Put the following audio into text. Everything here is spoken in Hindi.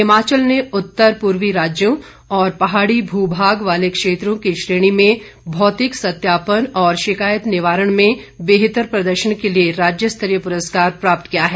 हिमाचल ने उत्तर पूर्वी राज्यों और पहाड़ी भू भाग वाले क्षेत्रों की श्रेणी में भौतिक सत्यापन और शिकायत निवारण में बेहतर प्रदर्शन के लिए राज्य स्तरीय पुरस्कार प्राप्त किया है